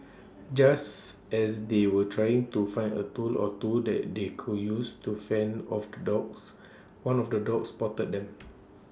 just as they were trying to find A tool or two that they could use to fend off the dogs one of the dogs spotted them